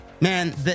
Man